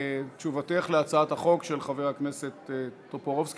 תשובתך על הצעת החוק של חבר הכנסת טופורובסקי.